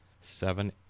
seven